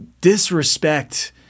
disrespect